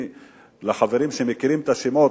לחברים שמכירים את השמות,